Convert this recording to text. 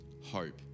hope